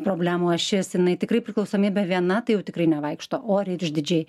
problemų ašis jinai tikrai priklausomybė viena tai jau tikrai nevaikšto oriai ir išdidžiai